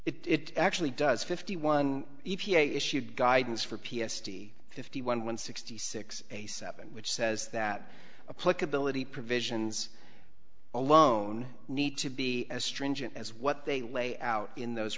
violate it actually does fifty one e p a issued guidance for p s t fifty one one sixty six eighty seven which says that a click ability provisions alone need to be as stringent as what they lay out in those